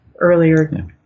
earlier